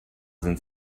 sind